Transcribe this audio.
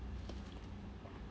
S